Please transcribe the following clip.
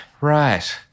right